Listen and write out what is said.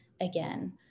again